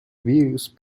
views